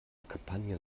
kampagne